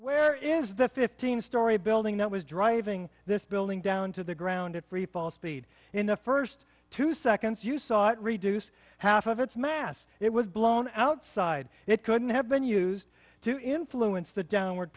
where is the fifteen story building that was driving this building down to the ground at freefall speed in the first two seconds you saw it reduced half of its mass it was blown outside it couldn't have been used to influence the downward